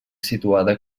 situada